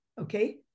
Okay